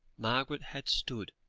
margaret had stood,